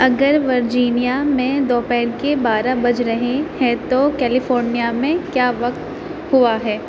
اگر ورجینیا میں دوپہر کے بارہ بج رہے ہیں تو کیلیفورنیا میں کیا وقت ہوا ہے